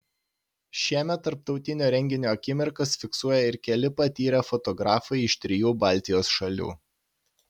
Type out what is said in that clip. šiemet tarptautinio renginio akimirkas fiksuoja ir keli patyrę fotografai iš trijų baltijos šalių